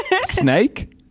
Snake